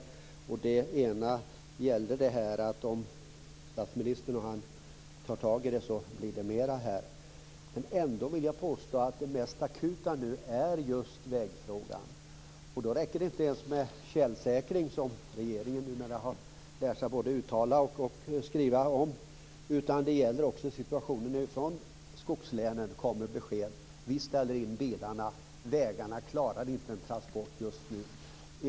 Den ena gäller detta att om statsministern och han tar tag i det, så blir det mer. Jag vill ändå påstå att det mest akuta är vägfrågan. Då räcker det inte ens med tjälsäkring, som regeringen numera har lärt sig både uttala och skriva. Från skogslänen kommer besked om att man ställer in bilarna eftersom vägarna inte klarar en transport just nu.